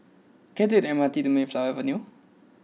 can I take the M R T to Mayflower Avenue